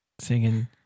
Singing